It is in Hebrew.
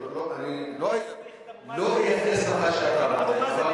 אני לא אייחס לך שאתה אמרת את זה.